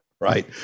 Right